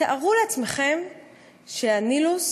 תארו לעצמכם שהנילוס